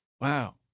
Wow